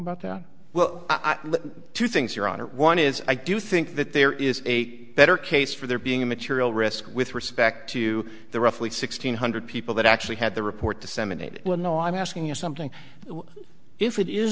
about that well i think two things your honor one is i do think that there is a better case for there being a material risk with respect to the roughly sixteen hundred people that actually had the report disseminated no i'm asking you something if it is